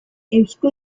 eusko